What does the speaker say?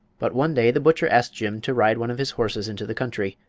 but one day the butcher asked jim to ride one of his horses into the country,